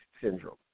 syndrome